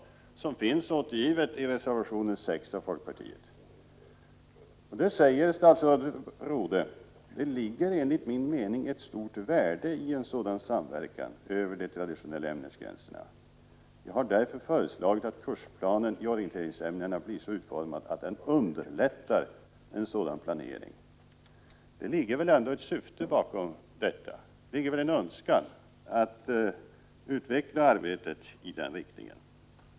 Citatet finns återgivet i reservation 6 av folkpartiet, och där säger statsrådet Rodhe: ”Det ligger enligt min mening ett stort värde i en sådan samverkan över de traditionella ämnesgränserna. Jag har därför föreslagit att kursplanen i orienteringsämnena blir så utformad att den underlättar en sådan planering.” Det ligger väl ändå ett syfte bakom detta uttalande, en önskan att utveckla arbetet i den riktningen.